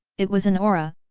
it was an aura,